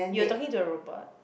you are talking to the robot